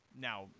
now